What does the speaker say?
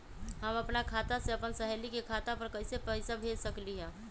हम अपना खाता से अपन सहेली के खाता पर कइसे पैसा भेज सकली ह?